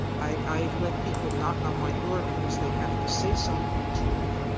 i i let people knock on my door because they have to say something to me.